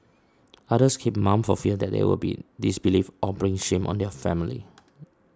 others keep mum for fear that they would be disbelieved or bring shame on their family